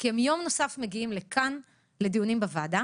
כי הם יום נוסף מגיעים לכאן לדיונים בוועדה